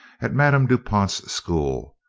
at madame du pont's school,